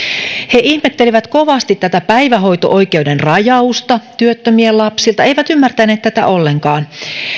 he ihmettelivät kovasti tätä päivähoito oikeuden rajausta työttömien lapsilta eivät ymmärtäneet tätä ollenkaan